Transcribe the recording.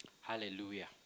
Hallelujah